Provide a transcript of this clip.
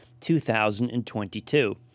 2022